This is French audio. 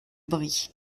bry